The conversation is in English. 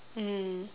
mm